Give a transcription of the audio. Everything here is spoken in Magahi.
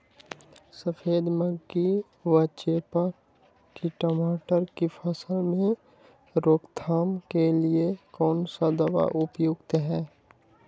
सफेद मक्खी व चेपा की टमाटर की फसल में रोकथाम के लिए कौन सा दवा उपयुक्त है?